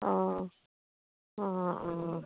অঁ অঁ অঁ